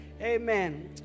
Amen